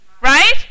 right